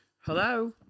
Hello